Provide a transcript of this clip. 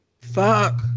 Fuck